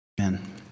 Amen